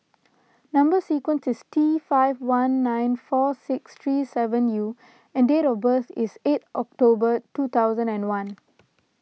Number Sequence is T five one nine four six three seven U and date of birth is eight October two thousand and one